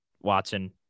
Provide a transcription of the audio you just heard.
Watson